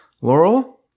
Laurel